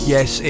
Yes